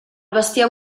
bestiar